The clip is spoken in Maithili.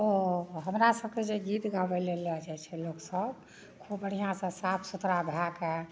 ओ हमरा सबके जे गीत गाबैला लऽ जाइ छै जे लोक सब खूब बढ़िआँसँ साफ सुथड़ा भए कऽ